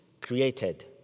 created